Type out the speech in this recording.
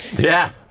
yeah.